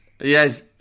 Yes